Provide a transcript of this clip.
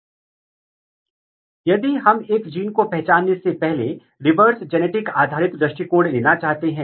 आप एक उत्परिवर्ती से एक एलील और दूसरे म्यूटेंट से दूसरे एलील के लिए जा रहे हैं लेकिन इस हेटेरोजाईगयस एफ 1 पौधे में दोनों एलील बाधित हैं